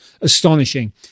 astonishing